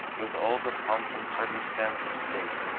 with all the pomp and circumstance of state,